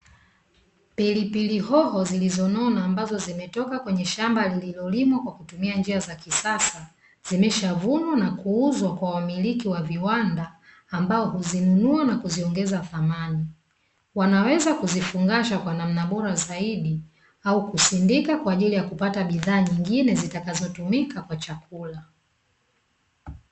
Pilipili hoho zilizonona ambazo zimetoka kwenye shamba lililolimwa kwa kutumia njia za kisasa, zimeshavunwa na kuuzwa kwa wamiliki wa viwanda ambao huziinunua na kuziongeza thamani. Wanaweza kuzifungasha kwa namba bora zaidi au kusindika kwa ajili ya kupata bidhaa nyingine zitakazotumika kwa chakula.